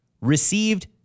received